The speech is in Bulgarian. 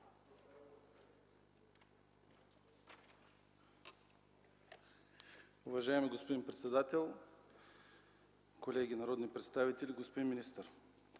Уважаема госпожо председател, уважаеми народни представители! Господин министър,